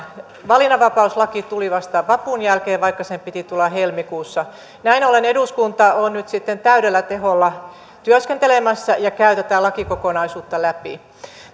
valinnanvapauslaki tuli vasta vapun jälkeen vaikka sen piti tulla helmikuussa näin ollen eduskunta on nyt sitten täydellä teholla työskentelemässä ja käy tätä lakikokonaisuutta läpi tässä